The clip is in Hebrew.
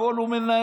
הכול הוא מנהל,